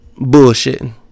bullshitting